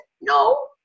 No